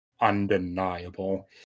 undeniable